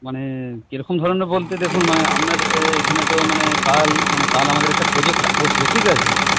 মানে কিরকম ধরনের বলতে দেখুন মানে আপনার এখানে তো মানে কাল মানে কাল আমাদের একটা প্রজেক্ট বসবে ঠিক আছে